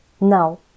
Now